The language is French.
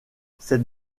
cette